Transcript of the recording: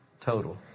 total